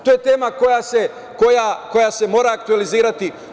To je tema koja se mora aktuelizirati.